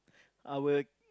I will